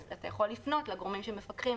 אתה יכול לפנות לגורמים שמפקחים